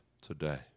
today